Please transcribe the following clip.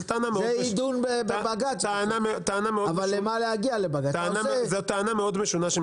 שהיא טענה מאוד משונה,